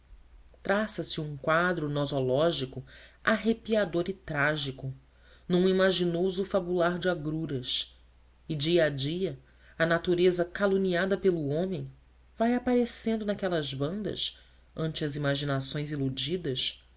traça se um quadro nosológico arrepiador e trágico num imaginoso fabular de agruras e dia a dia a natureza caluniada pelo homem vai aparecendo naquelas bandas ante as imaginações iludidas